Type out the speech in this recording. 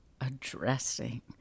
addressing